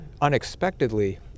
Unexpectedly